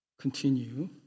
continue